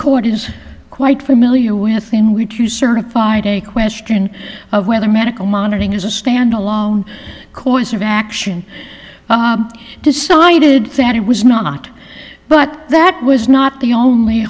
court is quite familiar with in which you certified a question of whether medical monitoring is a stand alone course of action decided that it was not but that was not the only